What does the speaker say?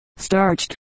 starched